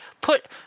put